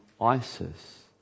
Isis